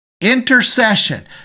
intercession